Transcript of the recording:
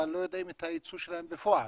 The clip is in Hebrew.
אבל לא יודעים את היצוא שלהם בפועל.